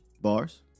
bars